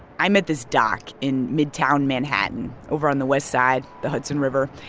i'm at this dock in midtown manhattan over on the west side, the hudson river.